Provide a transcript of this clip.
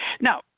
now